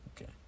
Okay